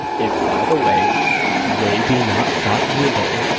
if by the way they be not fought withal.